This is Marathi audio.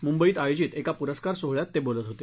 मुंबईत आयोजित एका पुरस्कार सोहळ्यात ते बोलत होते